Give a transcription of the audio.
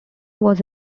was